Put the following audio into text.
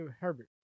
Herbert